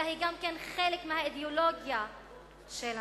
אלא היא גם חלק מהאידיאולוגיה של המדינה.